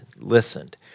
listened